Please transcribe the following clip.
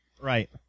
Right